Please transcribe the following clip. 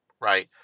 right